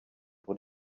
what